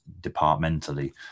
departmentally